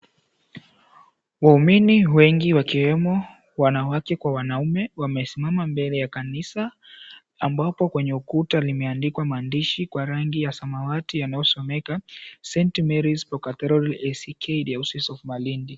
Waumini wengi wakiwemo wanawake kwa wanaume wamesimama mbele ya kanisa ambapo kwenye ukuta limeandikwa maandishi kwa rangi ya samawati yanayosomeka, "St Marys Pro-Catheral ACK Diocese of Malindi."